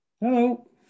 Hello